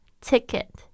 Ticket